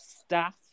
staff